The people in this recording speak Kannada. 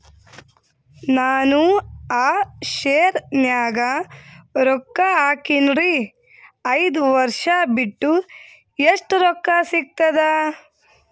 ನಾನು ಆ ಶೇರ ನ್ಯಾಗ ರೊಕ್ಕ ಹಾಕಿನ್ರಿ, ಐದ ವರ್ಷ ಬಿಟ್ಟು ಎಷ್ಟ ರೊಕ್ಕ ಸಿಗ್ತದ?